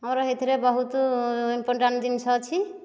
ମୋର ସେଥିରେ ବହୁତ ଇମ୍ପୋର୍ଟାଣ୍ଟ ଜିନିଷ ଅଛି